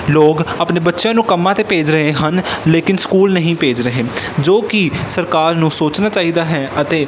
ਲੋਕ ਆਪਣੇ ਬੱਚਿਆਂ ਨੂੰ ਕੰਮਾਂ 'ਤੇ ਭੇਜ ਰਹੇ ਹਨ ਲੇਕਿਨ ਸਕੂਲ ਨਹੀਂ ਭੇਜ ਰਹੇ ਜੋ ਕਿ ਸਰਕਾਰ ਨੂੰ ਸੋਚਣਾ ਚਾਹੀਦਾ ਹੈ ਅਤੇ